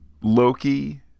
Loki